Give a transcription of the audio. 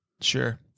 Sure